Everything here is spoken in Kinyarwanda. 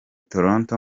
toronto